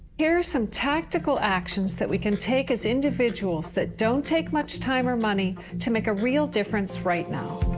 here's some tactical actions that we can take as individuals, that don't take much time or money to make a real difference right now.